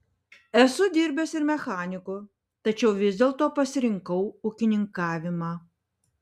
esu dirbęs ir mechaniku tačiau vis dėlto pasirinkau ūkininkavimą